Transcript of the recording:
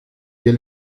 wir